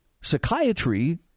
Psychiatry